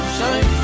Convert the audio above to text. Shine